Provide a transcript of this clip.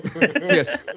Yes